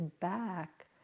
back